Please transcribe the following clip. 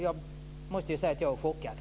Jag måste säga att jag är chockad.